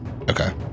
Okay